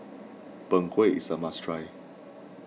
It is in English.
Png Kueh is a must try